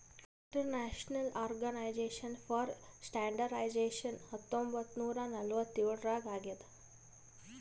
international organisation for standardisation ಹತ್ತೊಂಬತ್ ನೂರಾ ನಲ್ವತ್ತ್ ಎಳುರ್ನಾಗ್ ಆಗ್ಯಾದ್